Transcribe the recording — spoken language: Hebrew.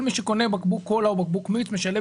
כל מי שקונה בקבוק קולה או בקבוק מיץ משלם